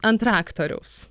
ant traktoriaus